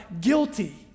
guilty